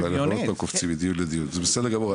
אבל אנחנו עוד פעם קופצים מדיון לדיון זה בסדר גמור,